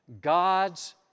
God's